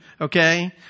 Okay